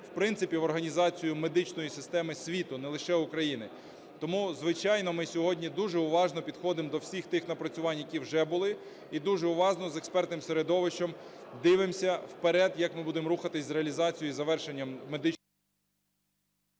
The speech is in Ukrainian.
в принципі в організацію медичної системи світу, не лише України. Тому, звичайно, ми сьогодні дуже уважно підходимо до всіх тих напрацювань, які вже були. І дуже уважно з експертним середовищем дивимося вперед, як ми будемо рухатися з реалізацією і завершенням… ГОЛОВУЮЧИЙ.